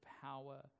power